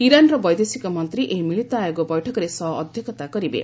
ଇରାନ୍ର ବୈଦେଶିକ ମନ୍ତ୍ରୀ ଏହି ମିଳିତ ଆୟୋଗ ବୈଠକରେ ସହ ଅଧ୍ୟକ୍ଷତା କରିବେ